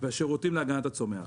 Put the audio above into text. והשירותים להגנת הצומח.